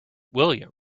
william